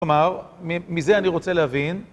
כלומר, מזה אני רוצה להבין.